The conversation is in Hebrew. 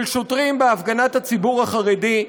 של שוטרים בהפגנת הציבור החרדי.